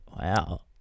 Wow